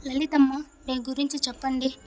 లలితమ్మ మీ గురించి చెప్పండి